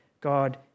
God